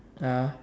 ya